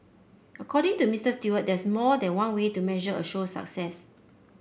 according to Mister Stewart there's more than one way to measure a show success